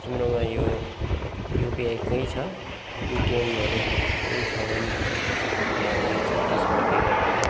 तिम्रोमा यो क्युपिआई केही छ पेटिएमहरू केही छ भने मलाई भनिदिनु होस् म त्यसबाट पे गरिदिन्छु